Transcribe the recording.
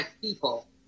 people